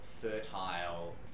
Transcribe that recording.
fertile